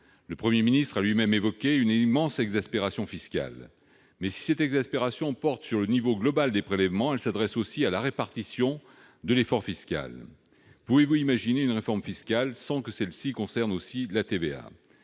Le Premier ministre a lui-même évoqué « une immense exaspération fiscale », mais si cette exaspération porte sur le niveau global des prélèvements, elle s'adresse aussi à la répartition de l'effort fiscal. Pouvez-vous imaginer une réforme fiscale sans que celle-ci concerne aussi la TVA ?